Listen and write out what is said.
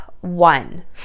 one